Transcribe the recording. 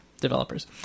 developers